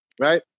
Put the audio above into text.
Right